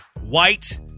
White